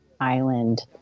island